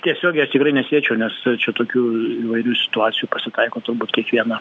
tiesiogiai aš tikrai nesiečiau ne čia tokių įvairių situacijų pasitaiko turbūt kiekvieną